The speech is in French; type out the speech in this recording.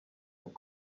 aux